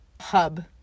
hub